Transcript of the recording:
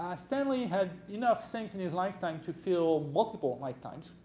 ah stanley had enough things in his lifetime to fill multiple lifetimes.